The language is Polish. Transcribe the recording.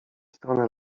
stronę